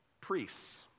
priests